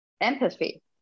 empathy